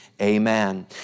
Amen